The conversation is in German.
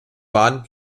waren